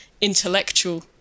intellectual